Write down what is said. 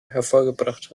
hervorgebracht